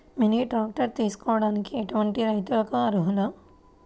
Mini tractor తీసుకోవడానికి ఎటువంటి రైతులకి అర్హులు?